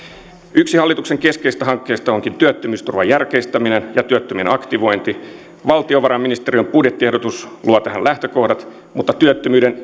yksi hallituksen keskeisistä hankkeista onkin työttömyysturvan järkeistäminen ja työttömien aktivointi valtionvarainministeriön budjettiehdotus luo tähän lähtökohdat mutta työttömyyden